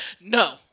No